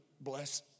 bless